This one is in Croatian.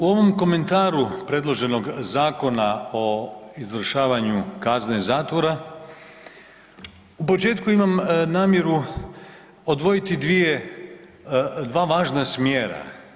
U ovom komentaru predloženog Zakona o izvršavanju kazne zatvora u početku imam namjeru odvojiti dva važna smjera.